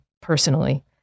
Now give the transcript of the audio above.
personally